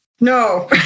no